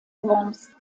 worms